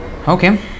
Okay